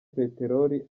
peterori